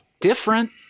different